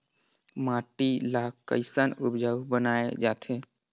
माटी ला कैसन उपजाऊ बनाय जाथे?